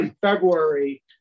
February